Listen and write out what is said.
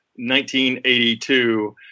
1982